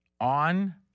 on